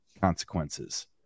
consequences